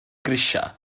grisiau